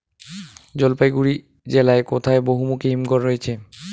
জলপাইগুড়ি জেলায় কোথায় বহুমুখী হিমঘর রয়েছে?